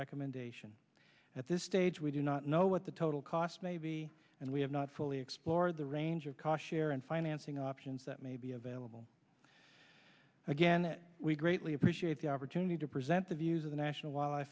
recommendation at this stage we do not know what the total cost maybe and we have not fully explored the range of ca share and financing options that may be available again we greatly appreciate the opportunity to present the views of the national wil